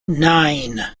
nine